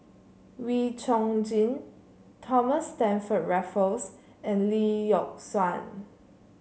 Wee Chong Jin Thomas Stamford Raffles and Lee Yock Suan